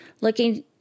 Looking